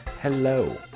hello